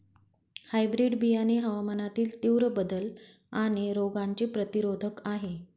hybrid बियाणे हवामानातील तीव्र बदल आणि रोगांचे प्रतिरोधक आहे